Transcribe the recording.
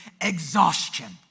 exhaustion